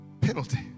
penalty